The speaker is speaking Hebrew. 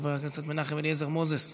חבר הכנסת מנחם אליעזר מוזס,